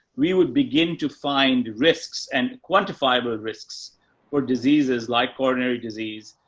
we would begin to find risks and quantifiable risks for diseases like coronary disease,